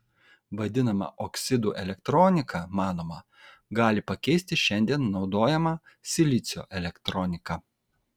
vadinama oksidų elektronika manoma gali pakeisti šiandien naudojamą silicio elektroniką